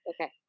Okay